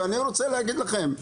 אני רוצה להגיד לכם: